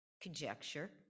conjecture